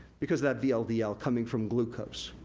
because that vldl coming from glucose.